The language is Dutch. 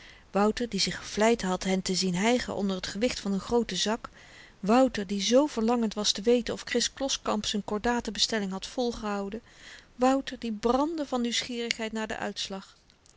wouter die zich gevleid had hen te zien hygen onder t gewicht van n grooten zak wouter die zoo verlangend was te weten of kris kloskamp z'n kordate bestelling had volgehouden wouter die brandde van nieuwsgierigheid naar den uitslag